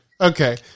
Okay